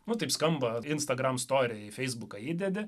nu taip skamba instagram story į feisbuką įdedi